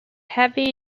heavy